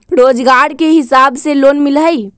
रोजगार के हिसाब से लोन मिलहई?